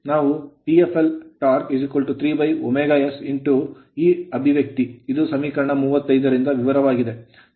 ನಾವು Tfl 3ωS ಈ expression ಅಭಿವ್ಯಕ್ತಿ ಇದು ಸಮೀಕರಣ 35 ರಿಂದ ವಿವರವಾಗಿದೆ